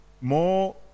More